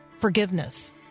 forgiveness